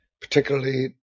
particularly